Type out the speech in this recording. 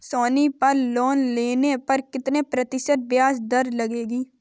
सोनी पर लोन लेने पर कितने प्रतिशत ब्याज दर लगेगी?